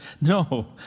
no